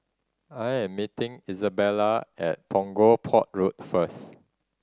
I'm meeting Izabella at Punggol Port Road first